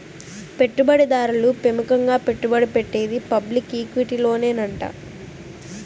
పెట్టుబడి దారులు పెముకంగా పెట్టుబడి పెట్టేది పబ్లిక్ ఈక్విటీలోనేనంట